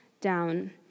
down